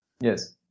Yes